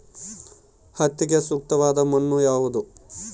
ಹತ್ತಿಗೆ ಸೂಕ್ತವಾದ ಮಣ್ಣು ಯಾವುದು?